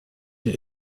ihr